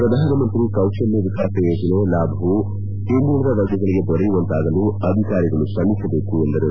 ಪ್ರಧಾನಮಂತ್ರಿ ಕೌಶಲ್ವ ವಿಕಾಸ ಯೋಜನೆ ಲಾಭವು ಹಿಂದುಳದ ವರ್ಗಗಳಿಗೆ ದೊರೆಯುವಂತಾಗಲು ಅಧಿಕಾರಿಗಳು ತ್ರಮಿಸಬೇಕು ಎಂದರು